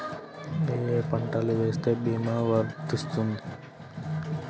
ఏ ఏ పంటలు వేస్తే భీమా వర్తిస్తుంది?